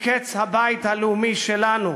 היא קץ הבית הלאומי שלנו.